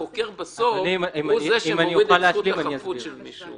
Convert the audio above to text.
בסוף החוקר הוא זה שמבטל את זכות החפות של אדם.